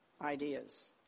ideas